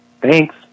Thanks